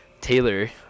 Taylor